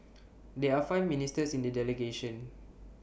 there are five ministers in the delegation